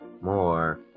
more